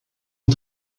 une